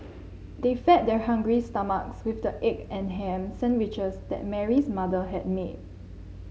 they fed their hungry stomachs with the egg and ham sandwiches that Mary's mother had made